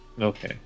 Okay